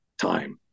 time